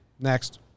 Next